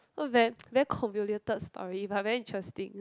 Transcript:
no very very convoluted story but interesting